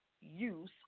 use